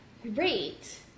Great